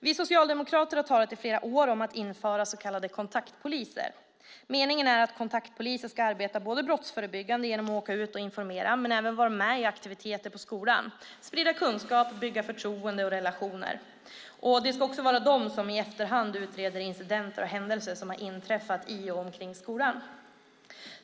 Vi socialdemokrater har i flera år talat om att införa så kallade kontaktpoliser. Meningen är att kontaktpoliser ska arbeta både brottsförebyggande genom att åka ut och informera, men även vara med i andra aktiviteter på skolan - sprida kunskap och bygga förtroende och relationer. Det ska också vara de som i efterhand utreder incidenter och händelser som har inträffat i och omkring skolan.